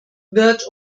wird